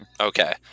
Okay